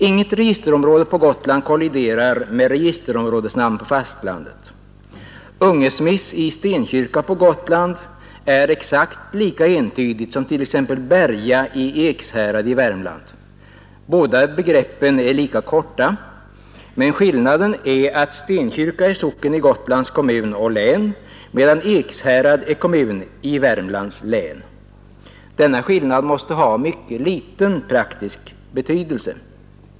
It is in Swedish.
Inget registerområde på Gotland kolliderar med registerområdesnamn på fastlandet. Ungesmiss i Stenkyrka på Gotland är exakt lika entydigt som t.ex. Berga i Ekshärad i Värmland. Båda begreppen är lika korta, men skillnaden är att Stenkyrka är socken i Gotlands kommun och län medan Ekshärad är kommun i Värmlands län. Denna skillnad måste ha mycket liten praktisk betydelse.